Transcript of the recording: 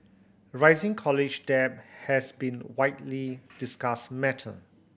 rising college debt has been widely discussed matter